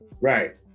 Right